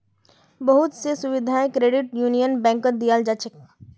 बहुत स सुविधाओ क्रेडिट यूनियन बैंकत दीयाल जा छेक